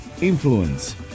Influence